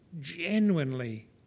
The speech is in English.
genuinely